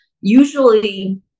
usually